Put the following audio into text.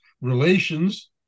relations